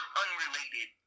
unrelated